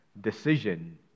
decision